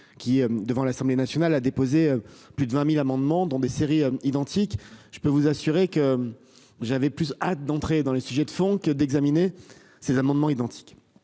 qui, devant l'Assemblée nationale a déposé plus de 20.000 amendements, dont des séries identique. Je peux vous assurer que j'avais plus ah d'entrer dans le sujet de fond que d'examiner ces amendements identiques.